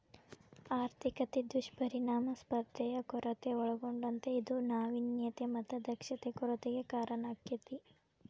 ಆರ್ಥಿಕತೆ ದುಷ್ಪರಿಣಾಮ ಸ್ಪರ್ಧೆಯ ಕೊರತೆ ಒಳಗೊಂಡತೇ ಇದು ನಾವಿನ್ಯತೆ ಮತ್ತ ದಕ್ಷತೆ ಕೊರತೆಗೆ ಕಾರಣಾಕ್ಕೆತಿ